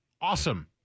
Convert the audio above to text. awesome